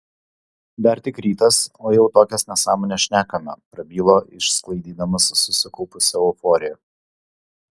dar tik rytas o jau tokias nesąmones šnekame prabilo išsklaidydamas susikaupusią euforiją